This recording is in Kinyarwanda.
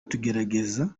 tugerageza